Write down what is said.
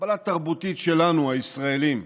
קבלה תרבותית שלנו, הישראלים.